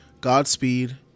Godspeed